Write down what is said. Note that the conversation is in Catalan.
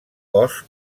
cos